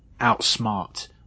outsmart